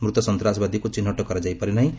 ମୃତ ସନ୍ତ୍ରାସବାଦୀକୁ ଚିହ୍ନଟ କରାଯାଇ ପାରିନାହିଁ